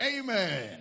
amen